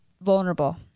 vulnerable